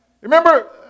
Remember